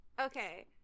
Okay